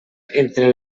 entre